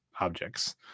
objects